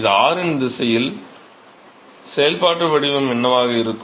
இது r யின் திசையில் செயல்பாட்டு வடிவம் என்னவாக இருக்கும்